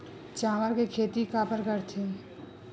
चावल के खेती काबर करथे?